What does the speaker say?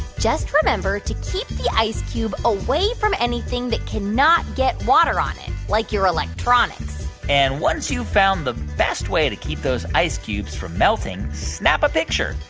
just remember to keep the ice cube away from anything that cannot get water on it, like your electronics and once you've found the best way to keep those ice cubes from melting, snap a picture.